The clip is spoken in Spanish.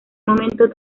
momento